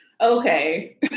Okay